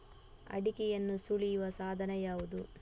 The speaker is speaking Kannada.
ಅಡಿಕೆಯನ್ನು ಸುಲಿಯುವ ಸಾಧನ ಯಾವುದು?